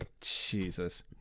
Jesus